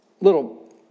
little